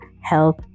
health